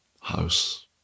house